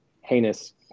heinous